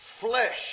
flesh